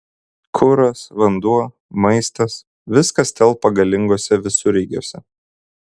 kuras vanduo maistas viskas telpa galinguose visureigiuose